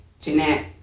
Jeanette